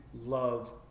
love